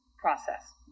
process